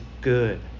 good